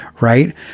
right